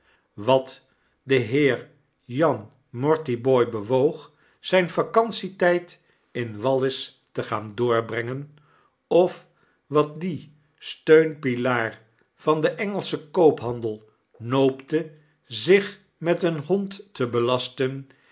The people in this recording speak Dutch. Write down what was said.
wat den heer jan mortibooi bewoog zgn vacantietjjd in wallis te gaan doorbrengen of wat dien steunpilaar van den engelschen koophandel noopte zich met een hond te belasten